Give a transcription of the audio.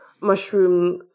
mushroom